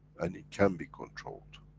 and he can be controlled.